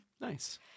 Nice